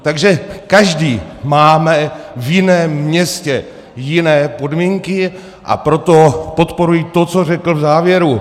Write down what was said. Takže každý máme v jiném městě jiné podmínky, a proto podporuji to, co řekl v závěru.